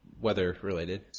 weather-related